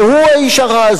זה הוא האיש הרע,